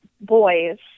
boys